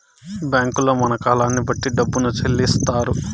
బ్యాంకుల్లో మన కాలాన్ని బట్టి డబ్బును చెల్లిత్తారు